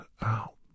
out